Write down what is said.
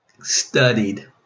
studied